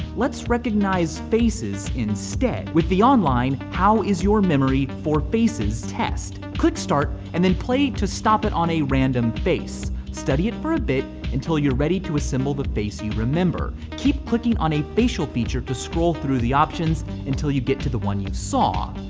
let's recognize faces instead with the online how is your memory for faces? test. click start and then play to stop it on a random face. study it for a bit until you're ready to assemble the face you remember. keep clicking on a facial feature to scroll through the options until you get to the one you saw.